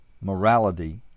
morality